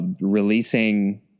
releasing